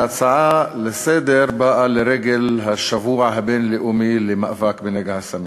ההצעה לסדר-היום באה לרגל השבוע הבין-לאומי למאבק בנגע הסמים.